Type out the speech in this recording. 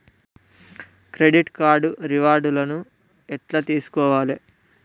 Credit card reward లను ఎట్ల తెలుసుకోవాలే?